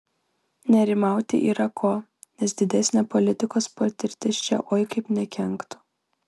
nerimauti yra ko nes didesnė politikos patirtis čia oi kaip nekenktų